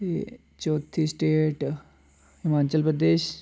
ते चौथी स्टेट हिमाचल प्रदेश